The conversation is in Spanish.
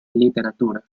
literatura